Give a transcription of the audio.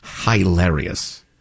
Hilarious